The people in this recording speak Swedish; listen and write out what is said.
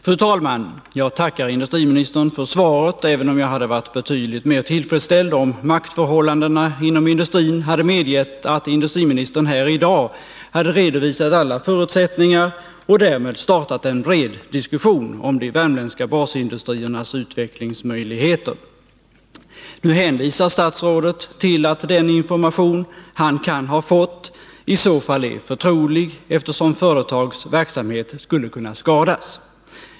Fru talman! Jag tackar industriministern för svaret, även om jag hade varit betydligt mer tillfredsställd om maktförhållandena inom industrin hade medgett att industriministern här i dag hade redovisat alla förutsättningar och därmed startat en bred diskussion om de värmländska basindustriernas utvecklingsmöjligheter. Nu hänvisar statsrådet till att den information han kan ha fått i så fall är förtrolig, eftersom företags verksamhet skulle kunna skadas.